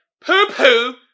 poo-poo